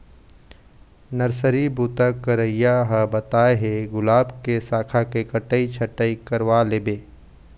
nursery बूता करइया ह बताय हे गुलाब के साखा के कटई छटई करवा लेबे